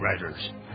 writers